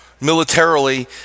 militarily